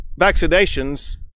vaccinations